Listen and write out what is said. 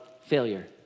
failure